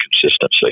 consistency